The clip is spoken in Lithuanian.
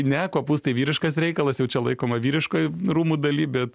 ne kopūstai vyriškas reikalas jau čia laikoma vyriškoj rūmų daly bet